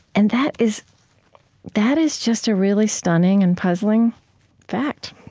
and that is that is just a really stunning and puzzling fact.